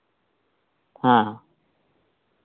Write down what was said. ᱦᱮᱸ